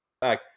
back